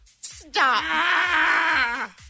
Stop